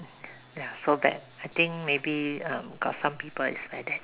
ya so bad I think maybe got some people is like that